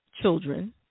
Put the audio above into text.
children